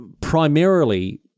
primarily